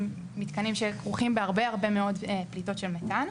זה מתקנים שכרוכים בהרבה מאוד פליטות של מתאן,